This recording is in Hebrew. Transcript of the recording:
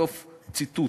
סוף ציטוט.